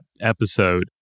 episode